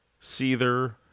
Seether